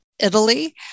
Italy